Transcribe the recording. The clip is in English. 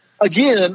again